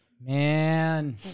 man